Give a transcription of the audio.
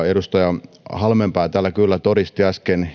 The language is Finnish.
edustaja mikkonenkin täällä kyllä todistivat äsken